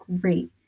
great